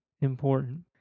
important